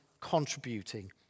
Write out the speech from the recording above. contributing